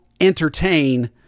entertain